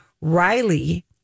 Riley